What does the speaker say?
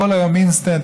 הכול היום אינסטנט,